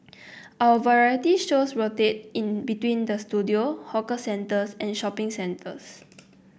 our variety shows rotate in between the studio hawker centres and shopping centres